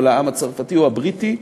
לעם הצרפתי או לעם הבריטי,